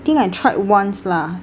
think I tried once lah